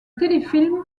téléfilm